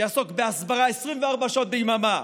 שיעסוק בהסברה 24 שעות ביממה,